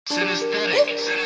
Synesthetic